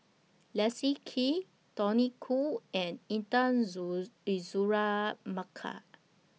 Leslie Kee Tony Khoo and Intan Azura Mokhtar